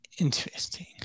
Interesting